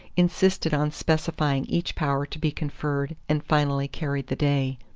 insisted on specifying each power to be conferred and finally carried the day.